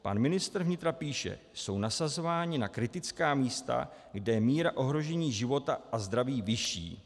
Pan ministr vnitra píše: Jsou nasazováni na kritická místa, kde míra ohrožení života a zdraví je vyšší.